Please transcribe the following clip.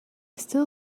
still